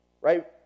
right